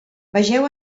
vegeu